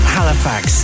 Halifax